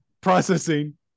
Processing